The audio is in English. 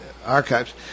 Archives